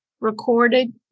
recorded